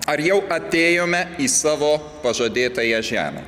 ar jau atėjome į savo pažadėtąją žemę